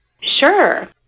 Sure